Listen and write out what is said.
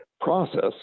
process